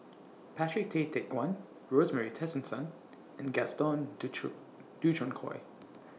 Patrick Tay Teck Guan Rosemary Tessensohn and Gaston Dutronquoy